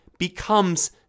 becomes